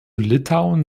litauen